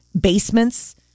basements